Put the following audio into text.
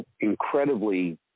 incredibly